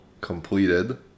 completed